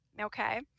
okay